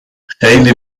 خیلی